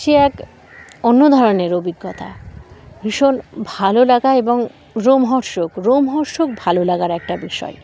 সে এক অন্য ধরনের অভিজ্ঞতা ভীষণ ভালো লাগা এবং রোমহর্ষক রোমহর্ষক ভালো লাগার একটা বিষয়